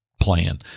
plan